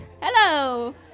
Hello